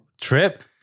trip